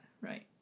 right